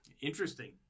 Interesting